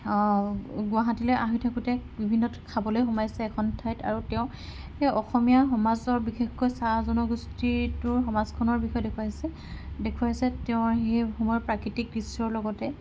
গুৱাহাটীলে আহি থাকোতে বিভিন্নত খাবলে সোমাইছে এখন ঠাইত আৰু তেওঁ সেই অসমীয়া সমাজৰ বিশেষকৈ চাহ জনগোষ্ঠীটোৰ সমাজখনৰ বিষয়ে দেখুৱাইছে দেখুৱাইছে তেওঁৰ সেই সময়ৰ প্ৰাকৃতিক দৃশ্যৰ লগতে